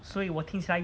所以我听起来